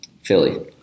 Philly